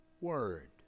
word